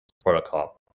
protocol